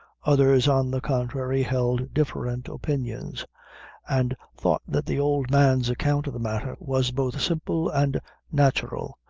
others, on the contrary held different opinions and thought that the old man's account of the matter was both simple and natural,